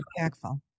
impactful